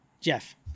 Jeff